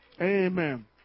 Amen